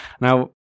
Now